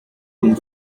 une